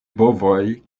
bovoj